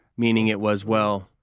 meaning it was, well,